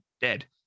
dead